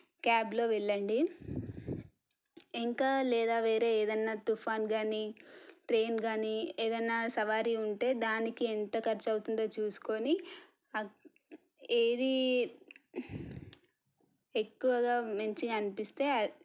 క్యాబ్లో వెళ్ళండి ఇంకా లేదా వేరే ఏదైనా తుఫాన్ కానీ ట్రైన్ కానీ ఏదైనా సవారీ ఉంటే దానికి ఎంత ఖర్చు అవుతుందో చూసుకొని ఏది ఎక్కువగా మంచిగా అనిపిస్తే